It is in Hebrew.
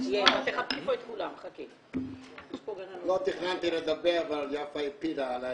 לא תכננתי לדבר, אבל יפה הפילה עלי